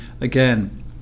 again